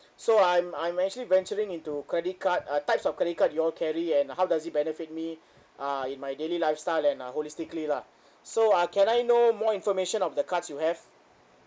so I'm I'm actually venturing into credit card uh types of credit card you all carry and how does it benefit me uh in my daily lifestyle and uh holistically lah so uh can I know more information of the cards you have